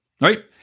right